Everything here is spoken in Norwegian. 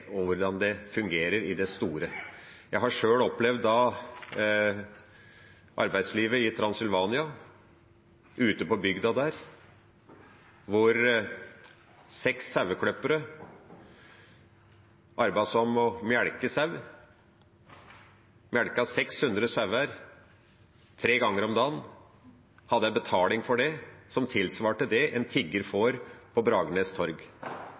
se hvordan det fungerer i det store. Jeg har selv opplevd arbeidslivet ute på bygda i Transilvania, hvor seks saueklippere arbeidet med å melke sau. De melket 600 sauer tre ganger om dagen, og de hadde en betaling for det som tilsvarte det en tigger får på Bragernes torg.